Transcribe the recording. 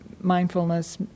mindfulness